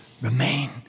remain